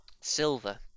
silver